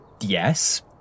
yes